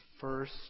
first